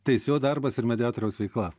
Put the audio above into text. teisėjo darbas ir mediatoriaus veikla